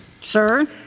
Sir